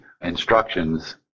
instructions